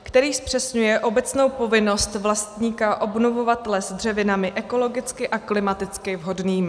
Který zpřesňuje obecnou povinnost vlastníka obnovovat les dřevinami ekologicky a klimaticky vhodnými.